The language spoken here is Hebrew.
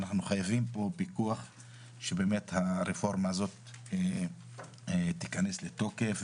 אנחנו חייבים פה פיקוח שהרפורמה הזאת תיכנס לתוקף,